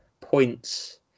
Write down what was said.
points